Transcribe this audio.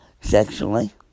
sexually